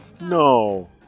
No